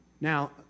Now